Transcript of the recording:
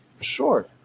Sure